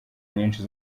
nyinshi